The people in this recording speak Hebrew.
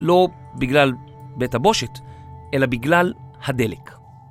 לא בגלל בית הבושת, אלא בגלל הדלק.